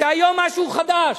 זה היום משהו חדש.